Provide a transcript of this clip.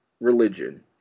religion